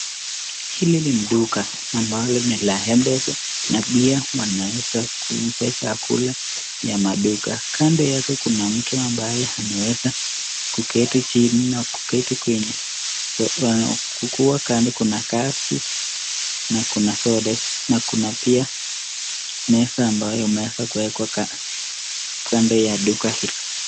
Hili ni duka ambalo ni la Mpesa na pia wanaeza kuuza chakula ya maduka. Kando yake kuna mtu ambaye ameweza kuketi chini na kuketi kwenye. Huku kando kuna gasi na kuna soda na kuna pia meza ambayo inaweza kuekwa kando ya duka hilo.